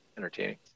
Entertaining